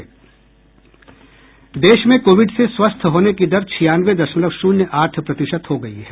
देश में कोविड से स्वस्थ होने की दर छियानवे दशमलव शून्य आठ प्रतिशत हो गई है